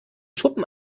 schuppen